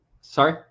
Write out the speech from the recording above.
Sorry